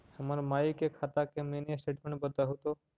हमर माई के खाता के मीनी स्टेटमेंट बतहु तो?